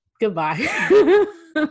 goodbye